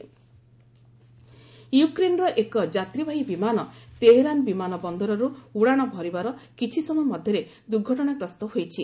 Ukraine plane crash ୟୁକ୍ରେନ୍ର ଏକ ଯାତ୍ରୀବାହୀ ବିମାନ ତେହେରାନ ବିମାନ ବନ୍ଦରରୁ ଉଡ଼ାଣ ଭରିବାର କିଛିସମୟ ମଧ୍ୟରେ ଦୁର୍ଘଟଣାଗ୍ରସ୍ତ ହୋଇଛି